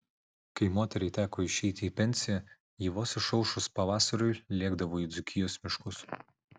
kai moteriai teko išeiti į pensiją ji vos išaušus pavasariui lėkdavo į dzūkijos miškus